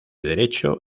derecho